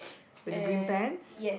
with the green pants